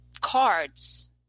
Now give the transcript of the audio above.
cards